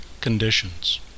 conditions